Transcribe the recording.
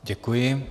Děkuji.